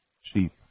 sheep